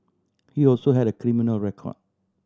he also had a criminal record